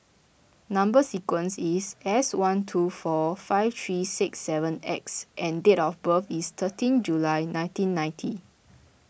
Number Sequence is S one two four five three six seven X and date of birth is thirteen July nineteen ninety